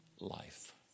life